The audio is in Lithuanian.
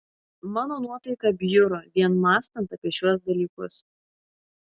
mano nuotaika bjuro vien mąstant apie šiuos dalykus